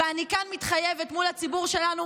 ואני כאן מתחייבת מול הציבור שלנו,